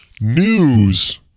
News